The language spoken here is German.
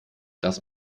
das